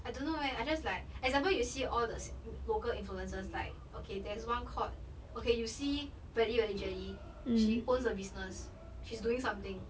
I don't know eh I just like example you see all the local influencers like okay there's one called okay you see belly welly jelly she owns a business she's doing something